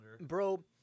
bro